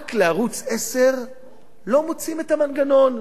רק לערוץ-10 לא מוצאים את המנגנון.